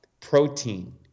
protein